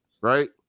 right